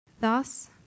Thus